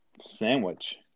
Sandwich